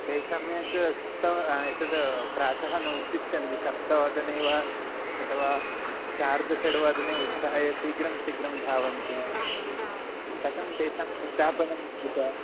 ते सम्यक् सप्त वा एतत् प्रातः न उत्तिष्ठन्ति सप्तवादने वा अथवा सार्धषड्वादने उत्थाय शीघ्रं शीघ्रं धावन्ति कथं तेषाम् उत्थापनं भवितम्